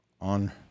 on